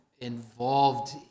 involved